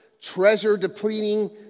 treasure-depleting